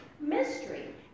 Mystery